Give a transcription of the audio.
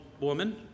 woman